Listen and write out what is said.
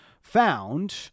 found